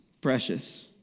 precious